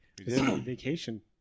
Vacation